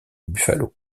buffalo